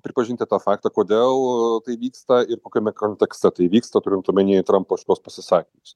pripažinti tą faktą kodėl tai vyksta ir kokiame kontekste tai vyksta turint omenyje trampo šituos pasisakymus